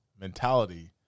mentality